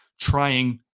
trying